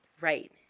Right